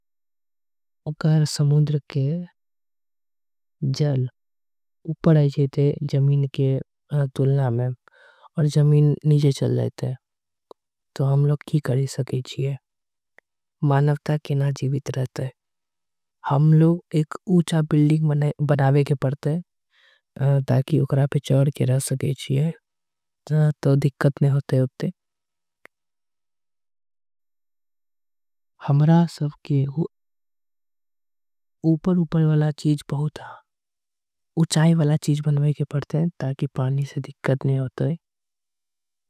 अगर समुद्र के जल उपर आ जाईते जमीन के तुलना में। आऊर जमीन नीचे चल जाईते मानवता के न जीवित रहते। एक ऊंचा बिल्डिंग बनाए के जाय चाहते ताकि ओकरा। के ऊपर चढ़ के रह सके चिये हमारा सब के ऊंचा। वाला चीज बनाए के पड़ते ताकि पानी से बचे जाय सके।